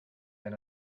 than